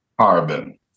carbon